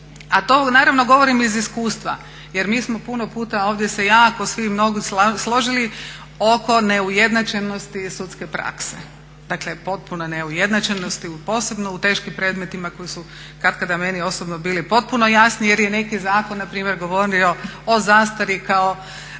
a to naravno govorim iz iskustva jer mi smo puno puta ovdje se jako svi mnogo složili oko neujednačenosti sudske prakse. Dakle, potpune neujednačenosti posebno u teškim predmetima koji su katkada meni osobno bili potpuno jasni, jer je neki zakon na primjer govorio o zastari kao